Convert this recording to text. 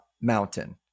mountain